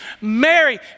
Mary